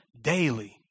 daily